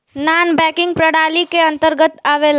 नानॅ banking प्रणाली के अंतर्गत आवेला